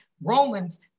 Romans